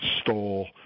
stole